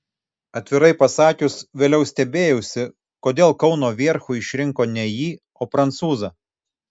atvirai pasakius vėliau stebėjausi kodėl kauno vierchu išrinko ne jį o prancūzą